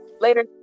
Later